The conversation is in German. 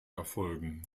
erfolgen